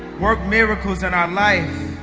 work miracles in our life